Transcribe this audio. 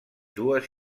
dues